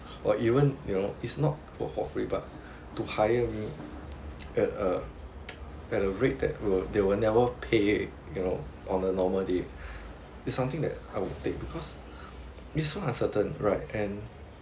or even you know is not for for free but to hire me at a at a rate that will they will never pay you know on a normal day is something that I would take because is so uncertain right and